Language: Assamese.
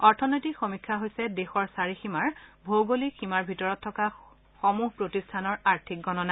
অৰ্থনৈতিক সমীক্ষা হৈছে দেশৰ চাৰিসীমাৰ ভৌগলিক সীমাৰ ভিতৰত থকা সমূহ প্ৰতিষ্ঠানৰ আৰ্থিক গণনা